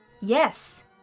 Yes